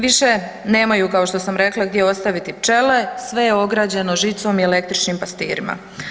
Više nemaju kao što sam rekla gdje ostaviti pčele, sve je ograđeno žicom i električnim pastirima.